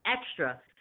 extra –